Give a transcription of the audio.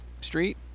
street